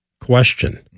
question